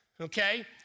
okay